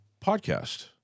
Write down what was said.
podcast